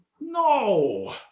No